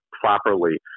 properly